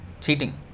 Cheating